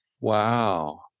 Wow